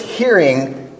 hearing